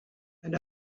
and